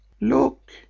Look